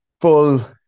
full